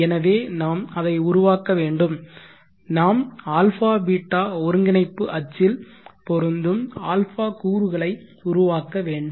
எனவே நாம் அதை உருவாக்க வேண்டும் நாம் α β ஒருங்கிணைப்பு அச்சில் பொருந்தும் α கூறுகளை உருவாக்க வேண்டும்